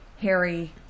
Harry